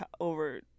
over